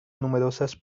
numerosas